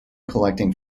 collecting